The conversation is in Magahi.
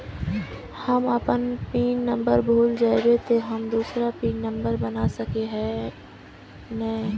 हम अपन पिन नंबर भूल जयबे ते हम दूसरा पिन नंबर बना सके है नय?